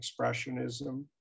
expressionism